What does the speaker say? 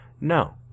No